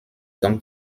donc